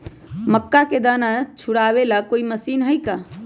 मक्का के दाना छुराबे ला कोई मशीन हई का?